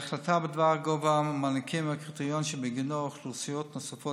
ההחלטה בדבר גובה המענקים והקריטריון שבגינו אוכלוסיות נוספות